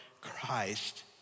Christ